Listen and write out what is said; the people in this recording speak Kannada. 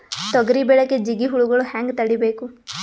ತೊಗರಿ ಬೆಳೆಗೆ ಜಿಗಿ ಹುಳುಗಳು ಹ್ಯಾಂಗ್ ತಡೀಬೇಕು?